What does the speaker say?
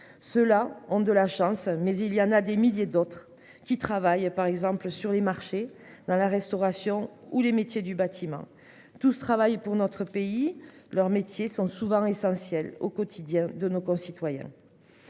Ceux-là ont de la chance mais il y en a des milliers d'autres qui travaillent par exemple sur les marchés dans la restauration ou les métiers du bâtiment tout travail pour notre pays, leur métier sont souvent essentiel au quotidien de nos concitoyens.